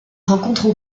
rencontres